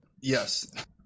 Yes